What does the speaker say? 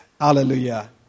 Hallelujah